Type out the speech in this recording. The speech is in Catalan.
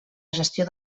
gestió